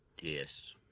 Yes